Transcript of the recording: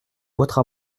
votre